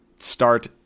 start